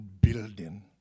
building